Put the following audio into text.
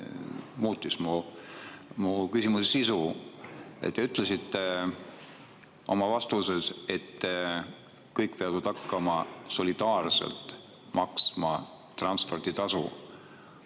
mu küsimuse sisu. Te ütlesite oma vastuses, et kõik peavad hakkama solidaarselt maksma transporditasu.